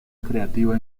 creativa